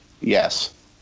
yes